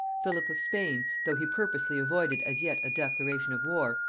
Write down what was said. philip of spain, though he purposely avoided as yet a declaration of war,